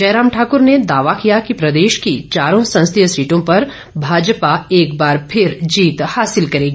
जयराम ठाकुर ने दावा किया कि प्रदेश की चारों संसदीय सीटों पर भाजपा एक बार फिर जीत हालिस करेगी